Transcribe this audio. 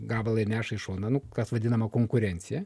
gabalą ir neša į šoną nu kas vadinama konkurencija